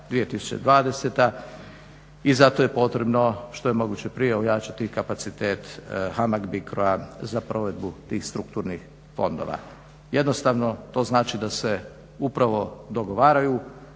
2014-2020. i zato je potrebno što je moguće prije ojačati kapacitet HAMAG-BICRO-a za provedbu tih strukturnih fondova. Jednostavno to znači da se upravo dogovaraju